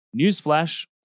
newsflash